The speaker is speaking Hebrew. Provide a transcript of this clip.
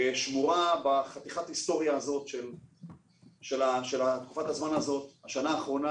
שמורה זכות בחתיכת היסטוריה הזאת של השנה האחרונה.